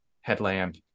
headlamp